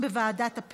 חברת הכנסת מיכל בירן,